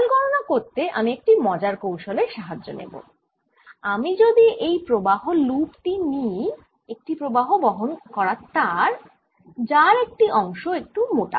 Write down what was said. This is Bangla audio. কার্ল গণনা করতে আমি একটি মজার কৌশল এর সাহায্য নেব আমি যদি এই প্রবাহ লুপ টি নিই একটি প্রবাহ বহন করা তার যার একটি অংশ একটু মোটা